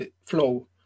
flow